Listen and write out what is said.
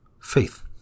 faith